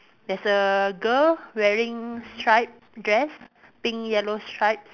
there's a girl wearing stripe dress pink yellow stripes